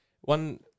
one